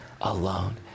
alone